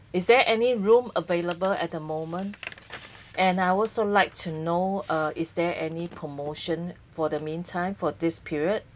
is there any room available at the moment and I also like to know uh is there any promotion for the meantime for this period